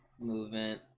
movement